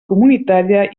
comunitària